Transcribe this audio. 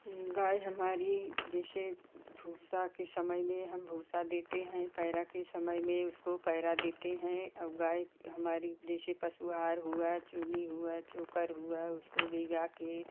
गाय हमारी जैसे भूसा की समय में हम भूसा देते हैं पैरा की समय में उसको पैरा देते हैं अब गाय हमारी जैसे पशु आहार हुआ चुनी हुआ चोकर हुआ उसको भीगा के